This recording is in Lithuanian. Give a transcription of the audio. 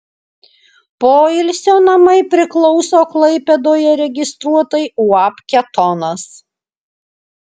poilsio namai priklauso klaipėdoje registruotai uab ketonas